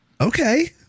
Okay